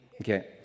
Okay